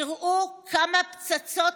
תראו כמה פצצות